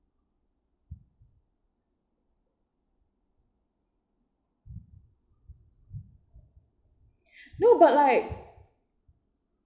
no but like